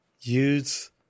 use